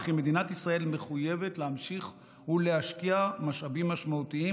וכי מדינת ישראל מחויבת להמשיך ולהשקיע משאבים משמעותיים